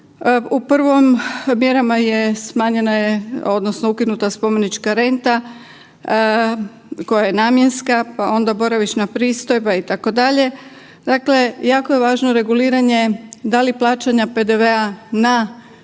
U prvom mjerama je smanjena je odnosno ukinuta spomenička renta koja je namjenska, pa onda boravišna pristojba itd., dakle jako je važno reguliranje da li plaćanja PDV-a na